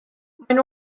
maen